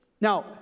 Now